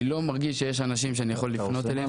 אני לא מרגיש שיש אנשים שאני יכול לפנות אליהם.